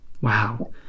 Wow